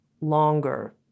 longer